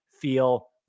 feel